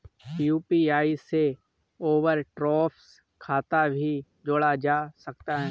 UPI से overdraft खाता भी जोड़ा जा सकता है